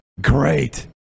Great